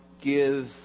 give